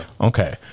Okay